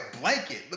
blanket